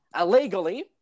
illegally